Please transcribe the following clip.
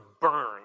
burn